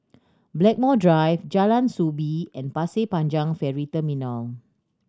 Blackmore Drive Jalan Soo Bee and Pasir Panjang Ferry Terminal